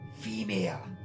female